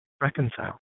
reconcile